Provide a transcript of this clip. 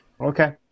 Okay